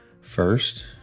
first